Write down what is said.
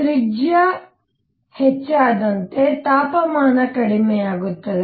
ತ್ರಿಜ್ಯ ಹೆಚ್ಚಾದಂತೆ ತಾಪಮಾನ ಕಡಿಮೆಯಾಗುತ್ತದೆ